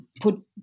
put